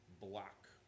block